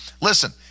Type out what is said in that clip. listen